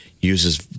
uses